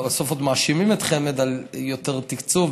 בסוף עוד מאשימים את חמ"ד על יותר תקצוב.